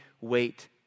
wait